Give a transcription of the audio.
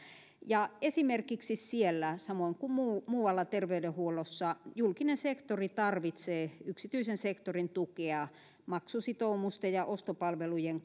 esimerkiksi siellä samoin kuin muualla terveydenhuollossa julkinen sektori tarvitsee yksityisen sektorin tukea maksusitoumusten ja ostopalvelujen